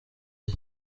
iyi